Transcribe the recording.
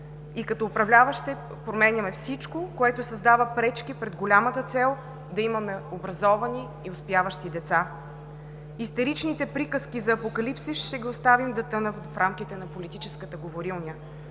и като управляващи ще променяме всичко, което създава пречки пред голямата цел да имаме образовани и успяващи деца. Истеричните приказки за апокалипсис ще ги оставим да тънат в рамките на политическата говорилня,